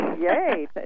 Yay